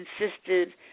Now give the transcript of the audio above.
insisted